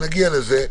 לזה.